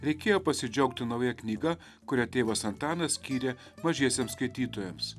reikėjo pasidžiaugti nauja knyga kurią tėvas antanas skyrė mažiesiems skaitytojams